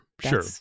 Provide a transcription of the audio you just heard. sure